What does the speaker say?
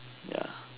ya